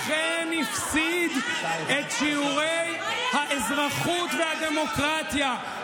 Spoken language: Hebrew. אכן הפסיד את שיעורי האזרחות והדמוקרטיה.